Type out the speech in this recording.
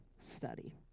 study